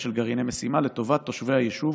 של גרעיני משימה לטובת תושבי היישוב